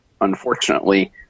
unfortunately